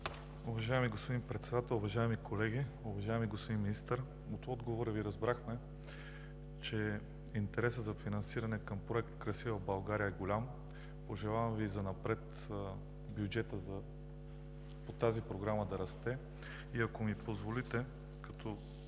Уважаеми господин Председател, уважаеми колеги! Уважаеми господин Министър, от отговора Ви разбрахме, че интересът за финансиране към Проект „Красива България“ е голям. Пожелавам Ви и занапред бюджетът по тази програма да расте. Ако ми позволите, като